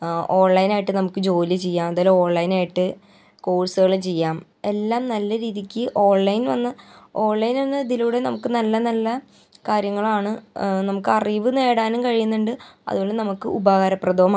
ഓൺലൈനായിട്ട് നമുക്ക് ജോലി ചെയ്യാം അതല്ലെ ഓൺലൈനായിട്ട് കോഴ്സുകൾ ചെയ്യാം എല്ലാം നല്ല രീതിക്ക് ഓൺലൈൻ ഒന്ന് ഓൺലൈൻ ഒന്ന് ഇതിലൂടെ നമുക്ക് നല്ല നല്ല കാര്യങ്ങളാണ് നമുക്ക് അറിവ് നേടാനും കഴിയുന്നുണ്ട് അത്പോലെ നമുക്ക് ഉപകാരപ്രദവുമാണ്